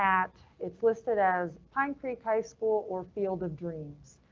at it's listed as pine creek high school or field of dreams.